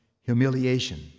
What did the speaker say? humiliation